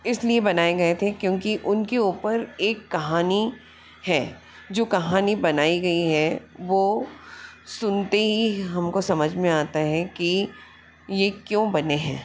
इस लिए बनाए गए थे क्योंकि उनके ऊपर एक कहानी है जो कहानी बनाई गई है वो सुनते ही हम को समझ में आता है कि ये क्यों बने हैं